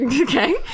Okay